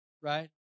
Right